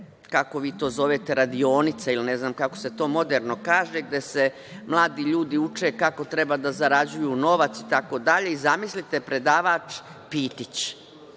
kako vi to zovete, ne znam kako se to moderno kaže, gde se mladi ljude uče kako treba da zarađuju novac itd. Zamislite predavač Pitić.